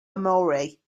amory